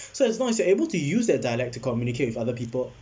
so as long as you are able to use the dialect to communicate with other people